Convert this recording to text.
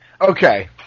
okay